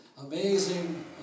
amazing